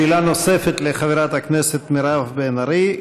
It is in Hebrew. שאלה נוספת לחברת הכנסת מירב בן ארי.